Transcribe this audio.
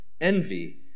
envy